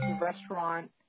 restaurant